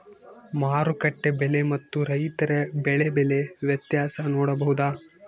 ಮಾರುಕಟ್ಟೆ ಬೆಲೆ ಮತ್ತು ರೈತರ ಬೆಳೆ ಬೆಲೆ ವ್ಯತ್ಯಾಸ ನೋಡಬಹುದಾ?